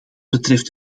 betreft